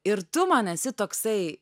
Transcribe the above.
ir tu man esi toksai